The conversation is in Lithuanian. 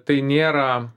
tai nėra